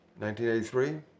1983